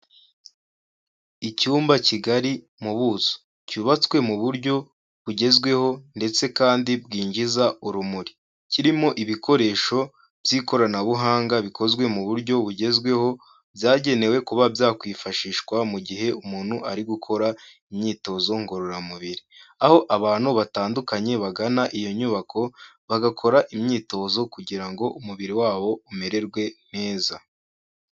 Icyumba kigari mu buso. Cyubatswe mu buryo bugezweho ndetse kandi bwinjiza urumuri. Kirimo ibikoresho by'ikoranabuhanga bikozwe mu buryo bugezweho, byagenewe kuba byakwifashishwa mu gihe umuntu ari gukora imyitozo ngororamubiri. Aho abantu batandukanye bagana iyo nyubako bagakora imyitozo kugira ngo umubiri wabo umererwe neza.